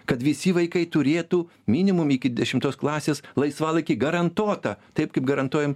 kad visi vaikai turėtų minimum iki dešimtos klasės laisvalaikį garantuotą taip kaip garantuojam